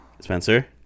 Spencer